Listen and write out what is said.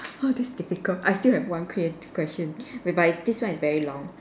oh this difficult I still have one creative question whereby this one is very long